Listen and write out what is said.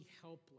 helpless